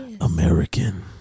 American